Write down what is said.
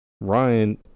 Ryan